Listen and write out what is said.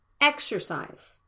exercise